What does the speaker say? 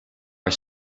are